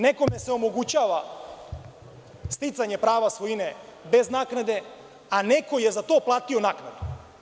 Nekome se omogućava sticanje prava svojine bez naknade, a neko je za to platio naknadu.